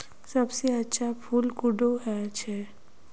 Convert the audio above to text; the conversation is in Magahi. सबसे अच्छा फुल कुंडा छै?